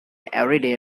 everyday